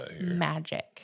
magic